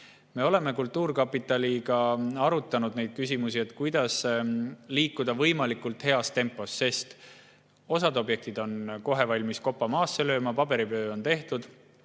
Me oleme kultuurkapitaliga arutanud neid küsimusi, kuidas liikuda võimalikult heas tempos, sest osa objekte on kohe valmis koppa maasse lööma, paberitöö on tehtud,